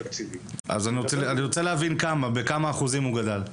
אני רוצה להבין בכמה אחוזים התקציב גדל.